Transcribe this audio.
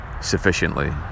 sufficiently